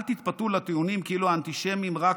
אל תתפתו לטיעונים כאילו האנטישמים רק